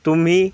तुम्ही